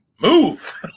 move